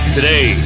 Today